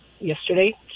Yesterday